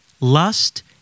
lust